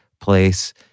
place